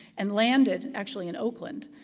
and landed actually in oakland,